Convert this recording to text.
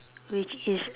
which is